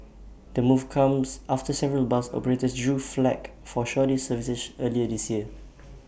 the move comes after several bus operators drew flak for shoddy services earlier this year